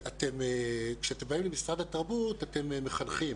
כשאתם באים למשרד התרבות אתם מחנכים.